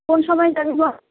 কোন সময় যাবি বল